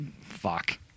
fuck